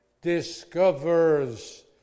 Discovers